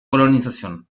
colonización